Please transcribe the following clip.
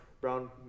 brown